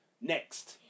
Next